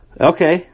Okay